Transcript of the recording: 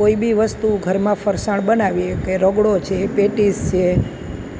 કોઈ બી વસ્તુ ઘરમાં ફરસાણ બનાવીએ કે રગડો છે પેટીસ છે